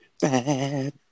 bad